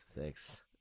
Thanks